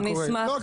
אז --- לא,